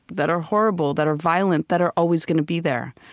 that are horrible, that are violent, that are always going to be there.